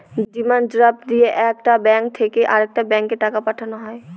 demand draft দিয়ে একটা bank থেকে আরেকটা ব্যাঙ্কে টাকা পাঠানো হয়